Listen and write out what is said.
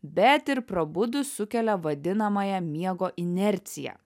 bet ir prabudus sukelia vadinamąją miego inerciją